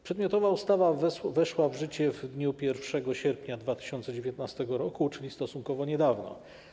Przedmiotowa ustawa weszła w życie w dniu 1 sierpnia 2019 r., czyli stosunkowo niedawno.